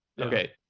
Okay